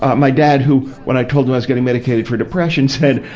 ah my dad who, when i told him i was getting medicated for depression, said,